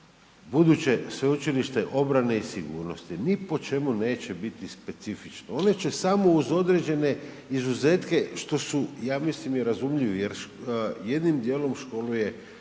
Buduće Sveučilište obrane i sigurnosti ni po čemu neće biti specifično, ono će samo uz određene izuzetke što su, ja mislim, i razumljivi jer jednim dijelom školuje